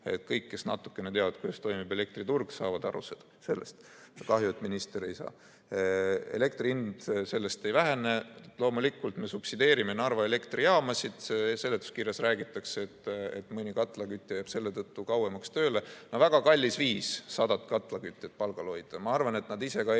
Kõik, kes natukene teavad, kuidas toimib elektriturg, saavad sellest aru. Kahju, et minister ei saa. Elektri hind sellest ei lange. Loomulikult me subsideerime Narva Elektrijaamasid. Seletuskirjas räägitakse, et mõni katlakütja jääb tänu sellele kauemaks tööle. No väga kallis viis sadat katlakütjat palgal hoida! Ma arvan, et nad ise ka eelistaksid,